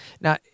Now